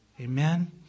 Amen